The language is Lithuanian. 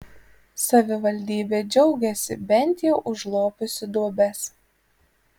savivaldybė džiaugiasi bent jau užlopiusi duobes